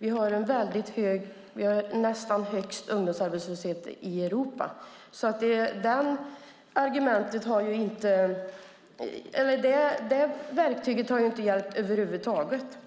ändå. Vi har nästan högst ungdomsarbetslöshet i Europa. Det verktyget har inte hjälpt över huvud taget.